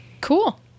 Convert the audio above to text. Cool